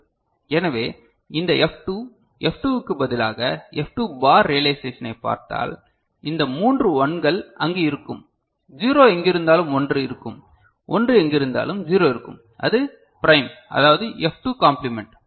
எனவே இந்த F 2 F 2 க்கு பதிலாக எஃப் 2 பார் ரியளைசெஷனைப் பார்த்தால் இந்த மூன்று 1 கள் அங்கு இருக்கும் 0 எங்கிருந்தாலும் 1 இருக்கும் 1 எங்கிருந்தாலும் 0 இருக்கும் அது ப்ரைம் அதாவது இது F2 காம்பிமென்ட்